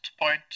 point